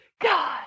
God